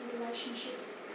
relationships